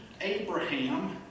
Abraham